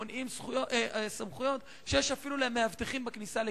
מונעים סמכויות שיש אפילו למאבטחים בכניסה לקניון: